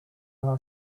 our